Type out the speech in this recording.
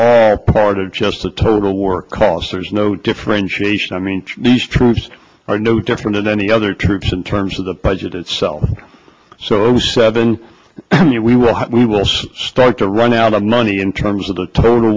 all part of just the total war costs there's no differentiation i mean these troops are no different than any other troops in terms of the budget itself so seven we will we will start to run out of money in terms of the total